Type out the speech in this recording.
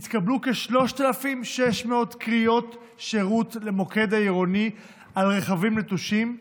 התקבלו כ-3,600 קריאות שירות למוקד העירוני על רכבים נטושים,